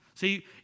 See